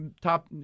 top